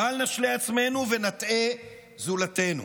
בל נשלה עצמנו ונטעה זולתנו.